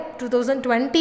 2020